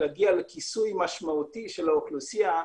להגיע לכיסוי משמעותי של האוכלוסייה,